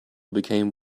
became